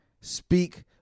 speak